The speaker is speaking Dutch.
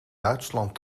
duitsland